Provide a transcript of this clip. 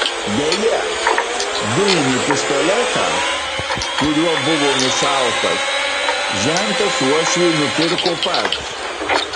beje dujinį pistoletą kuriuo buvo nušautas žentas uošviui nupirko pats